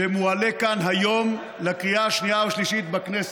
כשמועלה כאן היום החוק לקריאה השנייה והשלישית בכנסת.